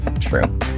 true